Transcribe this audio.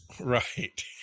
Right